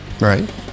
Right